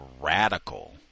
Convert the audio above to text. radical